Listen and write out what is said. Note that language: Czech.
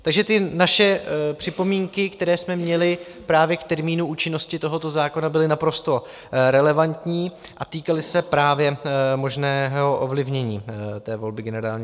Takže naše připomínky, které jsme měli právě k termínu účinnosti tohoto zákona, byly naprosto relevantní a týkaly se právě možného ovlivnění volby generálního ředitele.